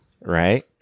right